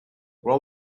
roll